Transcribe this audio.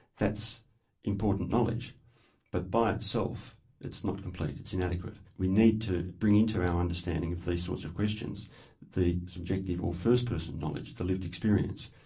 that's important knowledge but by itself it's not complete, it's inadequate. we need to bring into our understanding of these sorts of questions the subjective or first person knowledge, the lived experience.